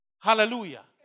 Hallelujah